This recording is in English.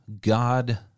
God